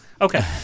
Okay